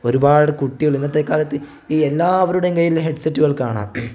ഒരുപാട് കുട്ടികൾ ഇന്നത്തെ കാലത്ത് ഈ എല്ലാവരുടെയും കയ്യിൽ ഹെഡ്സെറ്റുകൾ കാണാം